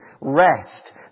rest